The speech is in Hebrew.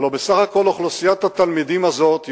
הלוא בסך הכול אוכלוסיית התלמידים הזו היא